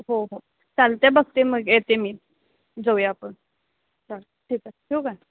हो हो चालत आहे बघते मग येते मी जाऊया आपण चल ठीक आहे ठेवू काय